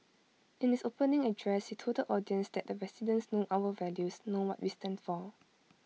in his opening address he told the audience that the residents know our values know what we stand for